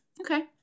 Okay